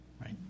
right